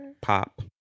Pop